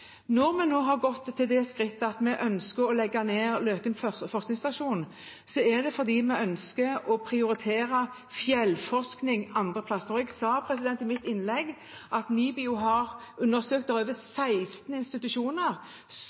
Når vi nå har gått til det skrittet å legge ned Løken forskningsstasjon, er det fordi vi ønsker å prioritere fjellforskning andre steder. Jeg sa i mitt innlegg at NIBIO har undersøkt over 16 institusjoner